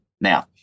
Now